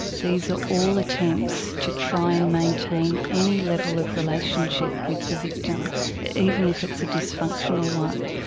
these are all attempts to try and maintain any level of relationship with the victim even if it's a dysfunctional one.